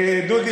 דודי,